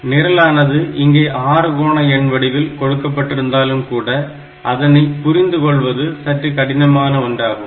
நிரலானது இங்கே ஆறுகோண எண்வடிவில் கொடுக்கப்பட்டிருந்தாலும்கூட அதனை புரிந்து கொள்வது சற்று கடினமான ஒன்றாகும்